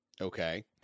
Okay